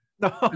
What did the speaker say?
no